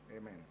amen